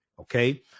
Okay